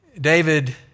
David